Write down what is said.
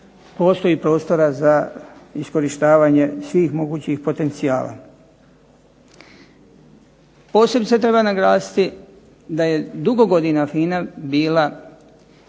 postoji prostora za iskorištavanje svih mogućih potencijala. Posebice treba naglasiti da je dugo godina FINA bila